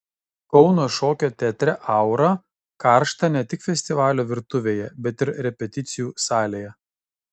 kauno šokio teatre aura karšta ne tik festivalio virtuvėje bet ir repeticijų salėje